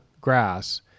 grass